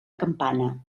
campana